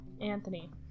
Anthony